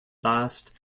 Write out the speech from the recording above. last